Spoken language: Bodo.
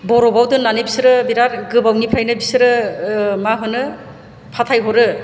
बर'फआव दोननानै बिसोरो बिराद गोबावनिफ्रायनो बिसोरो मा होनो फाथायहरो